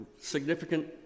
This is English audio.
significant